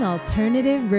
Alternative